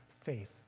faith